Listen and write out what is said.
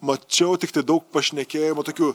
mačiau tiktai daug pašnekėjimų tokių